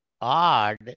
odd